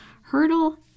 Hurdle